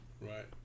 Right